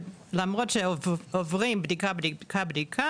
למרות שעוברים בדיקה בדיקה,